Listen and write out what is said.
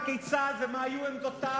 וכיצד ומה היו עמדותיו,